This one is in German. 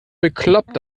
bekloppt